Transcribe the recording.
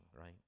right